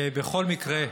בכל מקרה,